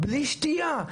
בלי שתייה,